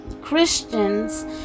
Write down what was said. Christians